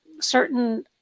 certain